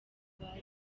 bazwi